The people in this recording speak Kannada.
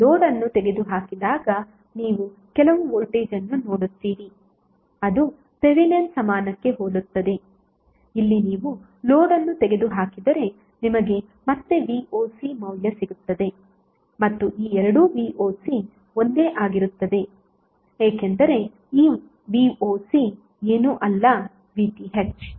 ನೀವು ಲೋಡ್ ಅನ್ನು ತೆಗೆದುಹಾಕಿದಾಗ ನೀವು ಕೆಲವು ವೋಲ್ಟೇಜ್ ಅನ್ನು ನೋಡುತ್ತೀರಿ ಅದು ಥೆವೆನಿನ್ ಸಮಾನಕ್ಕೆ ಹೋಲುತ್ತದೆ ಇಲ್ಲಿ ನೀವು ಲೋಡ್ ಅನ್ನು ತೆಗೆದುಹಾಕಿದರೆ ನಿಮಗೆ ಮತ್ತೆvoc ಮೌಲ್ಯ ಸಿಗುತ್ತದೆ ಮತ್ತು ಈ ಎರಡು voc ಒಂದೇ ಆಗಿರುತ್ತದೆ ಏಕೆಂದರೆ ಈ voc ಏನೂ ಅಲ್ಲ VTh